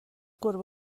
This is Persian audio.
گربه